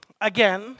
again